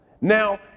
Now